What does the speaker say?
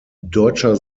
deutscher